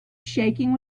shaking